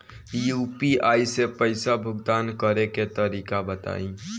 UPI से पईसा भुगतान करे के तरीका बताई?